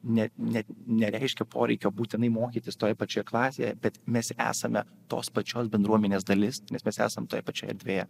ne ne nereiškia poreikio būtinai mokytis toje pačioje klasėje bet mes esame tos pačios bendruomenės dalis nes mes esam toje pačioje erdvėje